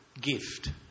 gift